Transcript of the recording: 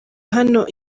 hano